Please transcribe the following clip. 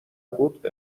بود